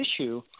issue